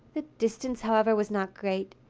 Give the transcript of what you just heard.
the distance, however, was not great.